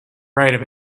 right